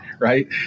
right